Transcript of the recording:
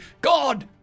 God